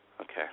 Okay